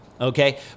Okay